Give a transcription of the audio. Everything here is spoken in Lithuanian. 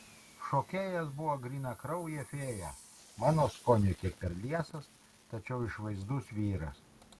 šokėjas buvo grynakraujė fėja mano skoniui kiek per liesas tačiau išvaizdus vyras